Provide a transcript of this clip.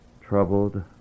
Troubled